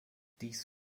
dies